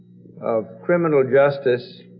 of criminal justice